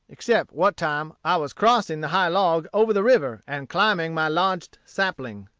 except what time i was crossing the high log over the river and climbing my lodged sapling.